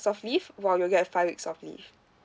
of leave while you'll get five weeks of leave